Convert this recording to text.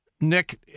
Nick